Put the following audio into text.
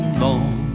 long